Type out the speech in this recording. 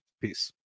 Peace